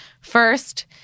First